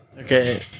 Okay